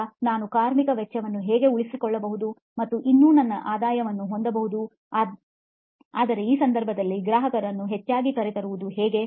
ಈಗ ನಾವು ಈ ಕಾರ್ಮಿಕ ವೆಚ್ಚವನ್ನು ಹೇಗೆ ಉಳಿಸಿಕೊಳ್ಳಬಹುದು ಮತ್ತು ಇನ್ನೂ ನನ್ನ ಹೆಚ್ಚಿನ ಆದಾಯವನ್ನು ಹೊಂದಬಹುದು ಆದರೆ ಈ ಸಂದರ್ಭದಲ್ಲಿ ಗ್ರಾಹಕರನ್ನು ಹೆಚ್ಚಾಗಿ ಕರೆತರುವುದು ಹೇಗೆ